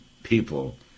People